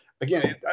again